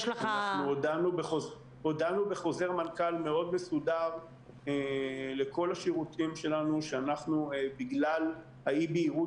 הודענו בחוזר מנכ"ל מאוד מסודר לכל השירותים שלנו שבגלל אי-הבהירות